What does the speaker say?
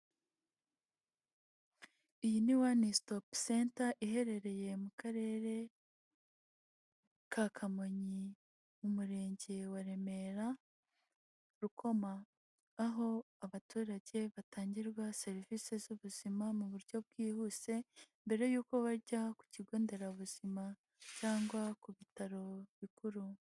Iyi ni one stop center, iherereye mu karere ka Kamonyi mu murenge wa Remera Rukoma. Aho abaturage batangirwa serivise z'ubuzima mu buryo bwihuse, mbere yuko bajya ku kigo nderabuzima, cyangwa ku bitaro bikuru.